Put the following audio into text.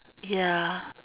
ya